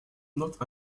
not